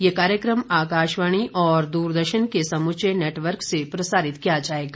यह कार्यक्रम आकाशवाणी और द्रदर्शन के समूचे नेटवर्क से प्रसारित किया जाएगा